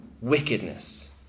Wickedness